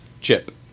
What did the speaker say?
Chip